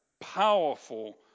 powerful